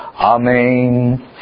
Amen